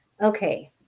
Okay